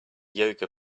yoga